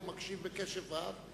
הוא מקשיב בקשב רב.